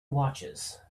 watches